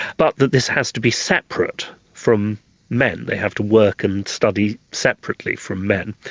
but that this has to be separate from men, they have to work and study separately from men.